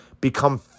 Become